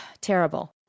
Terrible